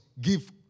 give